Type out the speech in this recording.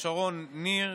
שרון ניר,